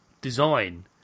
design